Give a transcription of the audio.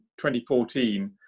2014